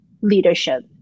leadership